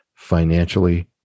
Financially